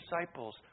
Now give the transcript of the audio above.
disciples